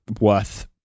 worth